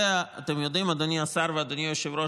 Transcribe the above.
אדוני השר ואדוני היושב-ראש,